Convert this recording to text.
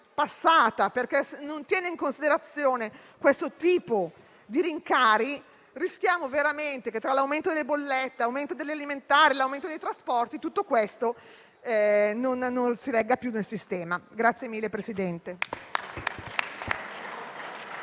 passata, perché, se non tiene in considerazione questo tipo di rincari, rischiamo veramente che, tra l'aumento delle bollette, l'aumento degli alimentari e l'aumento dei trasporti, tutto questo non si regga più nel sistema.